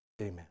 Amen